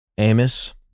Amos